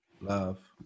love